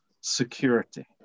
security